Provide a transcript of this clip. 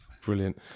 Brilliant